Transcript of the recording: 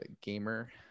gamer